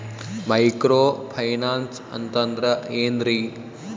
Micro finance ಅಂತಂದ್ರ ಏನ್ರೀ?